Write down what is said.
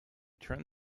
turned